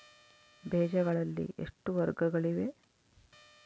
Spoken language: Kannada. ಬೇಜಗಳಲ್ಲಿ ಎಷ್ಟು ವರ್ಗಗಳಿವೆ?